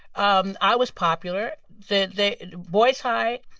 um i was popular. the the boyce high